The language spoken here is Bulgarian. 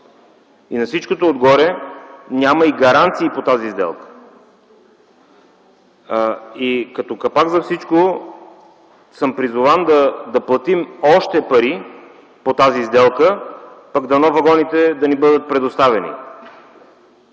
На всичкото отгоре няма и гаранции по тази сделка. Като капак за всичко съм призован да платим още пари по тази сделка, пък дано вагоните да ни бъдат предоставени.